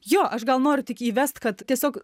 jo aš gal noriu tik įvest kad tiesiog